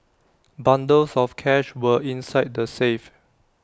bundles of cash were inside the safe